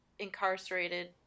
incarcerated